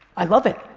i love it.